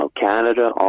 Canada